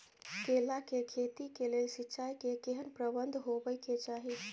केला के खेती के लेल सिंचाई के केहेन प्रबंध होबय के चाही?